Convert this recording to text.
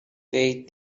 they